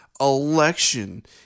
election